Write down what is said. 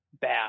bad